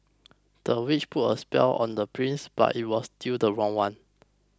the witch put a spell on the prince but it was the wrong one